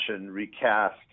recast